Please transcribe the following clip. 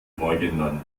morgenland